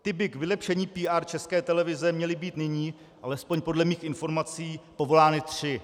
Ty by k vylepšení PR České televize měly být nyní, alespoň podle mých informací, povolány tři.